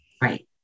Right